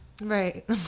Right